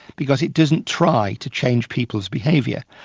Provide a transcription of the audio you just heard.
because it doesn't try to change people's behaviour.